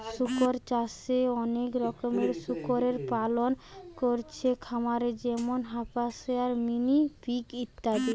শুকর চাষে অনেক রকমের শুকরের পালন কোরছে খামারে যেমন হ্যাম্পশায়ার, মিনি পিগ ইত্যাদি